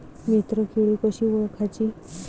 मित्र किडी कशी ओळखाची?